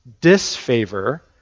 disfavor